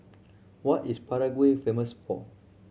what is Prague famous for